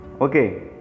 Okay